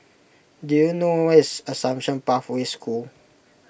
do you know where is Assumption Pathway School